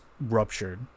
ruptured